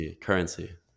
currency